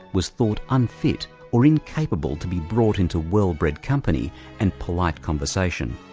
was thought unfit or incapable to be brought into well-bred company and polite conversation.